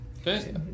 Okay